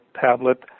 tablet